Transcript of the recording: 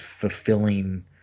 fulfilling